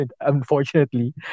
unfortunately